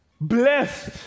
Blessed